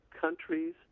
countries